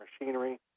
machinery